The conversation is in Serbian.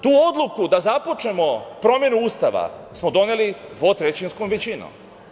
Tu odluku da započnemo promenu Ustava smo doneli dvotrećinskom većinom.